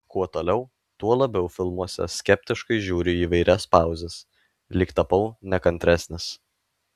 kuo toliau tuo labiau filmuose skeptiškai žiūriu į įvairias pauzes lyg tapau nekantresnis